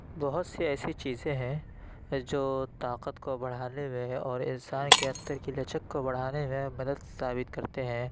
بہت سی ایسی چیزیں ہیں جو طاقت کو بڑھانے میں اور انسان کے اندر کی لچک کو بڑھانے میں مدد ثابت کرتے ہیں